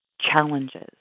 challenges